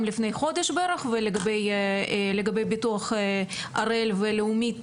לפני כחודש ולגבי ביטוח הראל ולאומית,